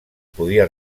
podia